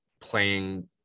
playing